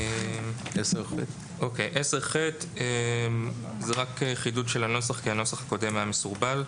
סעיף 10ח. חידוד של הנוסח כי הנוסח הקודם היה מסורבל: